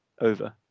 over